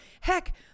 heck